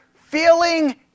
feeling